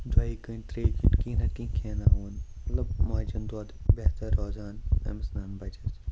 دۄیہِ گٲنٹہِ ترٛیہِ ٛگٲنٛٹہِ کیٚنہہ نہ تہٕ کیٚنہہ کھیاناوُن مطلب ماجہِ ہُند دۄد بہتر روزان أمِس بَچس